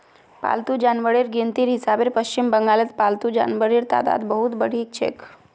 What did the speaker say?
पालतू जानवरेर गिनतीर हिसाबे पश्चिम बंगालत पालतू जानवरेर तादाद बहुत बढ़िलछेक